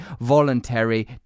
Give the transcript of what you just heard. voluntary